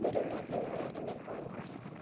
मेरा लागि नयाँ इमेल पढ्नु होस्